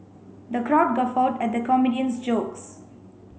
the crowd guffawed at the comedian's jokes